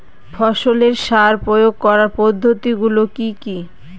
ফসলের সার প্রয়োগ করার পদ্ধতি গুলো কি কি?